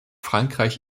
frankreich